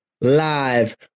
live